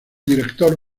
director